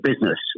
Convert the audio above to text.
business